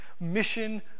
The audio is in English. mission